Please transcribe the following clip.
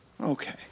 Okay